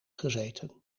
gezeten